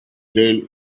trail